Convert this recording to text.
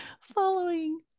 following